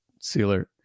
sealer